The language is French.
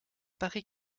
paraît